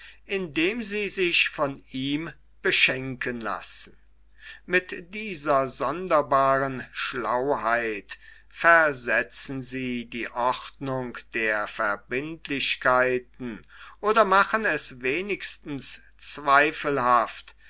indem sie sich von ihm beschenken lassen mit dieser sonderbaren schlauheit versetzen sie die ordnung der verbindlichkeiten oder machen es wenigstens zweifelhaft